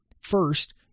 First